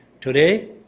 Today